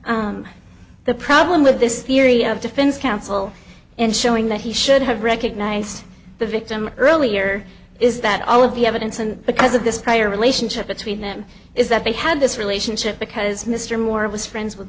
and the problem with this theory of defense counsel and showing that he should have recognized the victim earlier is that all of the evidence and because of this prior relationship between them is that they had this relationship because mr moore was friends with